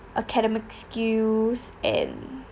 academic skills and